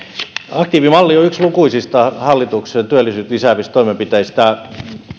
aktiivimalli on yksi lukuisista hallituksen työllisyyttä lisäävistä toimenpiteistä